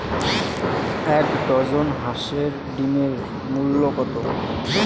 এক ডজন হাঁসের ডিমের মূল্য কত?